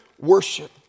worship